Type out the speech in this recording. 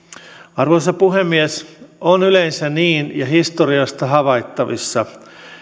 arvoisa puhemies on yleensä niin ja historiasta havaittavissa